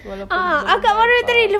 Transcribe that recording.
walaupun belum nak pass